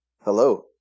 Hello